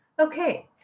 Okay